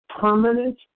permanent